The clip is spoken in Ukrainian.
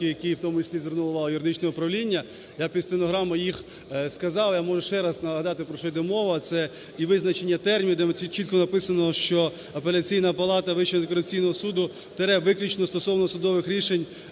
які в тому числі звернуло увагу юридичне управління, я під стенограму їх сказав. Я можу ще раз нагадати, про що іде мова. Це і визначення термінів, де чітко написано, що Апеляційна палата Вищого антикорупційного суду – виключно стосовно судових рішень,